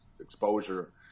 exposure